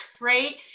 right